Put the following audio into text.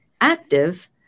active